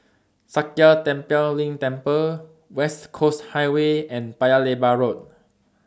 Sakya Tenphel Ling Temple West Coast Highway and Paya Lebar Road